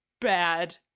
bad